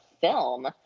film